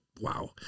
wow